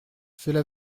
cela